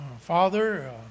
Father